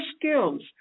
skills